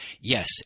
Yes